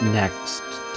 Next